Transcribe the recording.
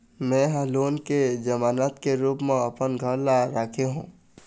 में ह लोन के जमानत के रूप म अपन घर ला राखे हों